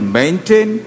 maintain